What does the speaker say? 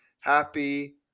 Happy